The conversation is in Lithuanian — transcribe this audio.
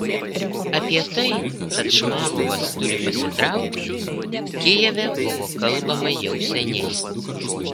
apie tai kad šmarovas turi pasitraukti kijeve buvo kalbama jau seniai